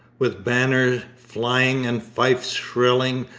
with banner flying and fifes shrilling,